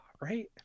Right